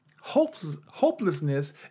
hopelessness